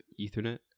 ethernet